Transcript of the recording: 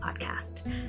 podcast